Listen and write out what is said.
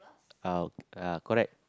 uh uh correct